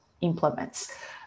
implements